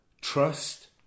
trust